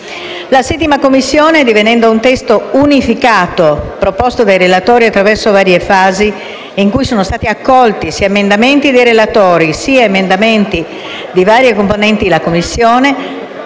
La 7a Commissione, addivenendo a un testo unificato, proposto dai relatori attraverso varie fasi in cui sono stati accolti sia emendamenti dei relatori sia emendamenti di varie componenti della Commissione,